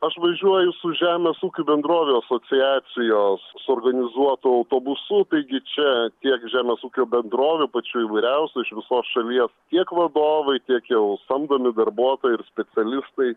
aš važiuoju su žemės ūkių bendrovių asociacijos suorganizuotu autobusu taigi čia tiek žemės ūkio bendrovių pačių įvairiausių iš visos šalies tiek vadovai tiek jau samdomi darbuotojai ir specialistai